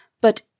But